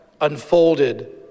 unfolded